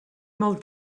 molt